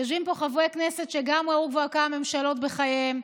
יושבים פה חברי כנסת שגם ראו כבר כמה ממשלות בחייהם,